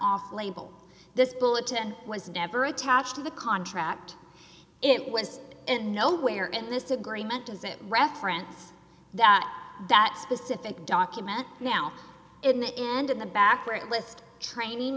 off label this bulletin was never attached to the contract it was and nowhere in this agreement does it reference that specific document now in the end in the backward list training